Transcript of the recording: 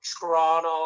Toronto